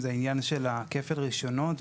היא עניין כפל הרישיונות,